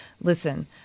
listen